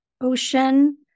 ocean